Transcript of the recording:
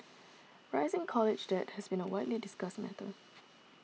rising college debt has been a widely discussed matter